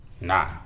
Nah